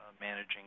managing